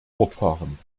fortfahren